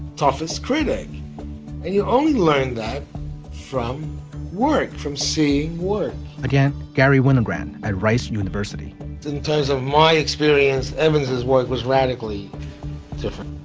toughest critic. and you only learn that from work, from seeing work again. garry winogrand at rice university in terms of my experience. evans his work was radically different.